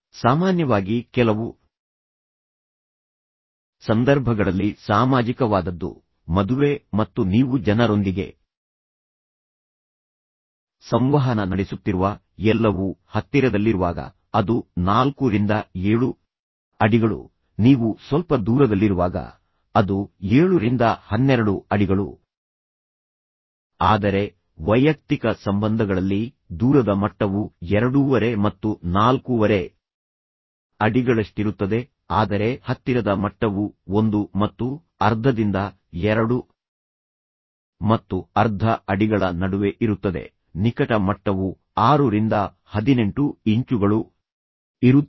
ಸಾಮಾನ್ಯವಾಗಿ ಕೆಲವು ಸಂದರ್ಭಗಳಲ್ಲಿ ಸಾಮಾಜಿಕವಾದದ್ದು ಮದುವೆ ಮತ್ತು ನೀವು ಜನರೊಂದಿಗೆ ಸಂವಹನ ನಡೆಸುತ್ತಿರುವ ಎಲ್ಲವೂ ಹತ್ತಿರದಲ್ಲಿರುವಾಗ ಅದು 4 ರಿಂದ 7 ಅಡಿಗಳು ನೀವು ಸ್ವಲ್ಪ ದೂರದಲ್ಲಿರುವಾಗ ಅದು 7 ರಿಂದ 12 ಅಡಿಗಳು ಆದರೆ ವೈಯಕ್ತಿಕ ಸಂಬಂಧಗಳಲ್ಲಿ ದೂರದ ಮಟ್ಟವು ಎರಡೂವರೆ ಮತ್ತು ನಾಲ್ಕೂವರೆ ಅಡಿಗಳಷ್ಟಿರುತ್ತದೆ ಆದರೆ ಹತ್ತಿರದ ಮಟ್ಟವು 1 ಮತ್ತು ಅರ್ಧದಿಂದ 2 ಮತ್ತು ಅರ್ಧ ಅಡಿಗಳ ನಡುವೆ ಇರುತ್ತದೆ ನಿಕಟ ಮಟ್ಟವು 6 ರಿಂದ 18 ಇಂಚುಗಳು ಇರುತ್ತದೆ